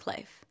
Life